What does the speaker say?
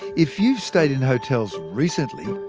if you've stayed in hotels recently,